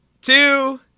two